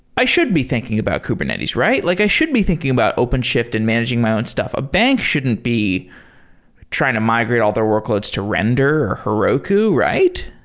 i should be thinking about kubernetes. like i should be thinking about open shift and managing my own stuff. a bank shouldn't be trying to migrate all their workloads to render, or heroku, right?